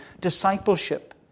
discipleship